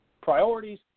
priorities